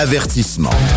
Avertissement